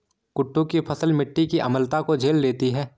कुट्टू की फसल मिट्टी की अम्लता को झेल लेती है